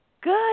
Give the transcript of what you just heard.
Good